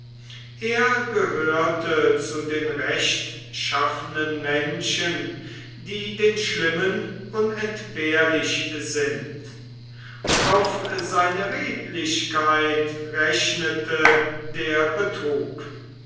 er gehörte zu den rechtschaffenen menschen die den schlimmen unentbehrlich sind auf seine redlichkeit rechnete der betrug